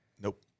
Nope